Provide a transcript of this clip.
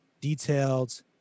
detailed